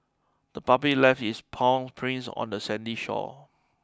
the puppy left its paw prints on the sandy shore